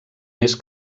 més